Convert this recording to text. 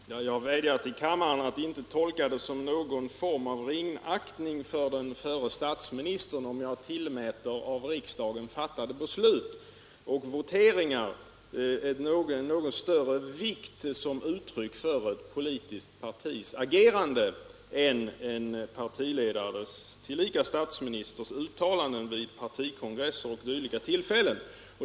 Herr talman! Jag vädjar till kammaren att inte tolka det som någon form av ringaktning för den förre statsministern, om jag tillmäter av riksdagen fattade beslut öch genomförda voteringar något större vikt som uttryck för ett politiskt partis agerande än uttalanden från en partiledare, tillika statsminister, vid partikongresser och dylika tillfällen.